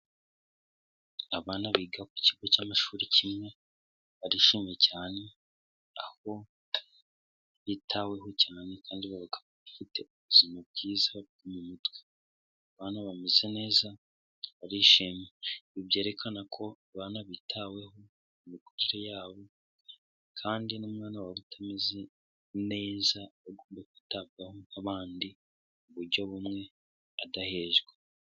Abana biga ku kigo cy'amashuri kimwe barishimye cyane aho bitaweho cyane kandi bafite ubuzima bwiza bwo mu mutwe, abana bameze neza barishima, ibi byerekana ko abana bitaweho mu mikurire yabo kandi n'umwana wari utameze neza agomba kwitabwaho nk'abandi mu buryo bumwe adahejwe.